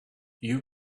you